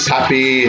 Happy